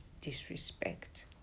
disrespect